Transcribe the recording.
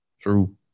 True